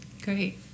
great